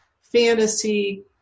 fantasy